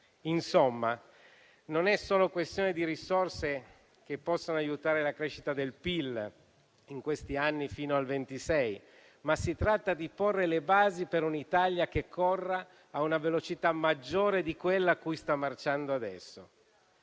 Insomma, non è solo questione delle risorse che possono aiutare la crescita del PIL in questi anni fino al 2026, ma si tratta di porre le basi per un'Italia che corra a una velocità maggiore di quella a cui sta marciando adesso.